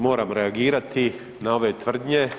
Moram reagirati na ove tvrdnje.